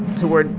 who were,